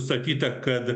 sakyta kad